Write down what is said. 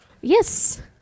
Yes